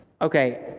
okay